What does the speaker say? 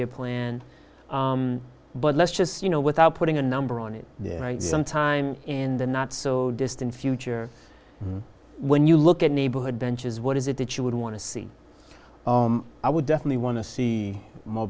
year plan but let's just you know without putting a number on it some time in the not so distant future when you look at neighborhood benches what is it that you would want to see i would definitely want to see m